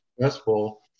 successful